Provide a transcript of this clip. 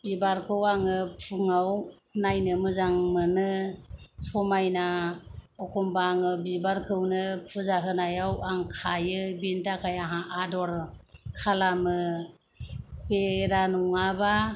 बिबारखौ आङो फुंआव नायनो मोजां मोनो समायना अखमबा आं बिबारखौनो फुजा होनायाव आं खायो बिनि थाखाय आंहा आदर खालामो बेरा नङाबा